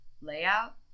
layout